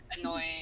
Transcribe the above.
Annoying